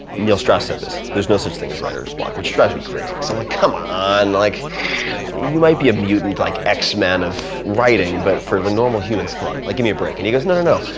neil strauss said this, there's no such thing as writer's block, which drives me crazy. i'm so like come ah on. like you might be a mutant like x-men of writing but for the normal humans, come on. like give me a break. and he goes, no, no, no.